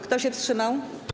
Kto się wstrzymał?